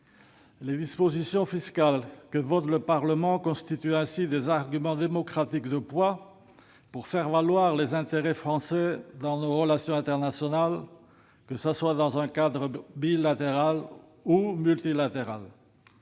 Les dispositions fiscales que vote le Parlement constituent ainsi des arguments démocratiques de poids pour faire valoir les intérêts français dans nos relations internationales, que ce soit dans un cadre bilatéral ou multilatéral.